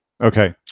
Okay